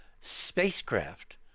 spacecraft